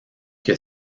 que